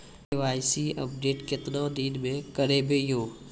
KYC update केतना दिन मे करेबे यो?